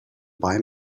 buy